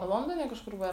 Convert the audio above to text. o londone kažkur buvai